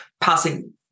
passing